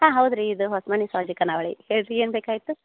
ಹಾಂ ಹೌದು ರೀ ಇದು ಹೊಸ್ಮನಿ ಖಾನಾವಳಿ ಹೇಳಿ ರೀ ಏನು ಬೇಕಾಗಿತ್ತು